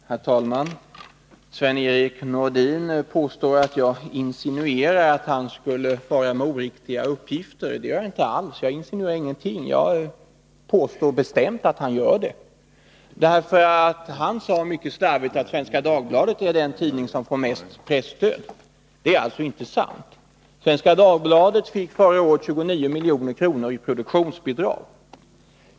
Herr talman! Sven-Erik Nordin påstår att jag insinuerar att han skulle fara med oriktiga uppgifter. Det gör jag inte. Jag påstår bestämt att han gör det, därför att han sade att Svenska Dagbladet är den tidning som får mest presstöd. Det är alltså inte sant. Svenska Dagbladet fick förra året 29 milj.kr. i produktionsbidrag.